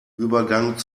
übergang